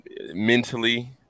mentally